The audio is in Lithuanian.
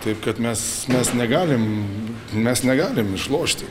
taip kad mes mes negalim mes negalim išlošti